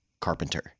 Carpenter